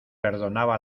perdonaba